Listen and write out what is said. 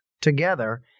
together